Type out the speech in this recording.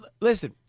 listen